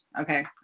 okay